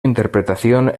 interpretación